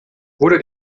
wurde